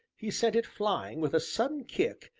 he sent it flying with a sudden kick,